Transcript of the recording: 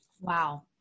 Wow